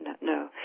No